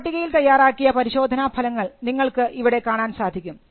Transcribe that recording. ഒരു പട്ടികയിൽ തയ്യാറാക്കിയ പരിശോധനാഫലങ്ങൾ നിങ്ങൾക്ക് ഇവിടെ കാണാൻ സാധിക്കും